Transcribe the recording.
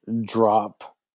drop